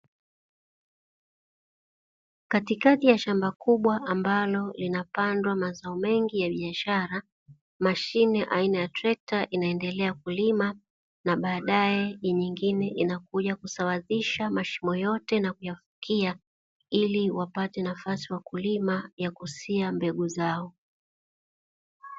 Katikati ya shamba kubwa ambalo linapandwa mazao mengi ya biashara mashine aina ya trekta inaendelea kulima na baadaye nyingine inakuja kusawazisha mashimo yote na kuyafikia, ili wapate nafasi wakulima ya kusia mbegu zao.